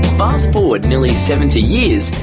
fast-forward nearly seventy years,